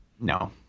No